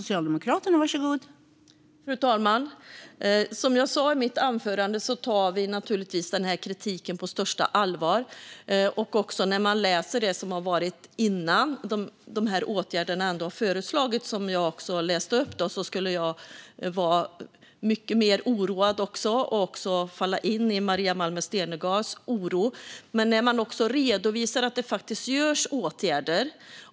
Fru talman! Som jag sa i mitt anförande tar vi kritiken på största allvar. Att läsa om hur det var före de föreslagna åtgärder som jag läste upp skulle göra mig också mycket oroad och göra att jag faller in i Maria Malmer Stenergards oro. Men man har faktiskt redovisat att det görs åtgärder.